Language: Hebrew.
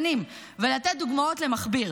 שנים, ולתת דוגמאות למכביר.